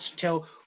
tell